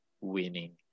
winning